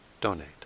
donate